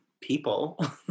people